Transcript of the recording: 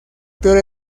peor